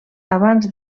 abans